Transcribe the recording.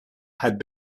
had